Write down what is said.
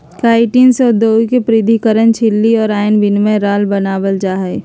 chitin से औद्योगिक पृथक्करण झिल्ली और आयन विनिमय राल बनाबल जा हइ